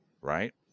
right